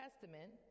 Testament